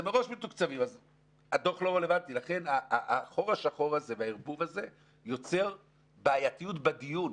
החור השחור הזה והערבוב הזה יוצרים בעייתיות בדיון.